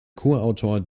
kurator